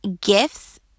gifts